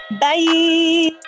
bye